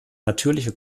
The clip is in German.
natürliche